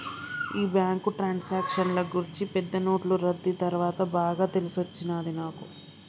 ఈ బ్యాంకు ట్రాన్సాక్షన్ల గూర్చి పెద్ద నోట్లు రద్దీ తర్వాత బాగా తెలిసొచ్చినది నాకు